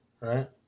right